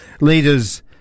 leaders